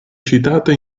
citata